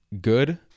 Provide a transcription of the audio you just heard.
good